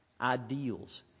ideals